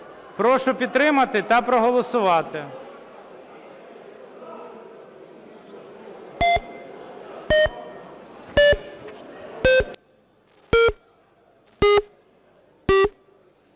Прошу підтримати та проголосувати.